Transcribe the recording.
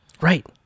Right